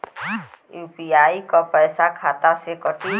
UPI क पैसा खाता से कटी?